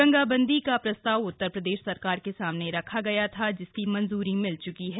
गंगा बंदी का प्रस्ताव उत्तर प्रदेश सरकार के सामने रखा गया था जिसकी मंज्री मिल च्की है